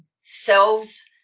selves